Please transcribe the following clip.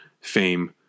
fame